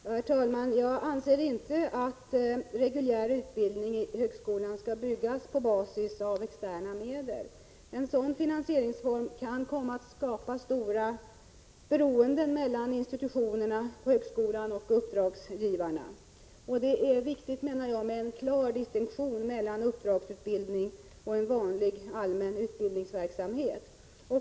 Herr talman! Jag anser inte att reguljär utbildning i högskolan skall byggas på basis av externa medel. En sådan finansieringsform kan komma att skapa ett stort beroende mellan institutionerna på högskolan och uppdragsgivarna. Det är viktigt med en klar distinktion mellan uppdragsutbildning och en vanlig allmän utbildningsverksamhet.